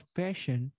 passion